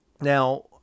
Now